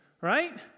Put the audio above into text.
Right